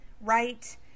right